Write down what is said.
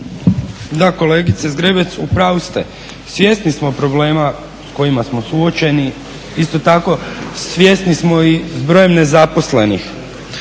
Draga kolegice Zgrebec, u pravu ste. Svjesni smo problema s kojima smo suočeni, isto tako svjesni smo i broja nezaposlenih,